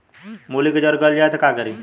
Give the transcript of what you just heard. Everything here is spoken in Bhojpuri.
मूली के जर गल जाए त का करी?